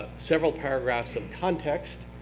several paragraphs of context,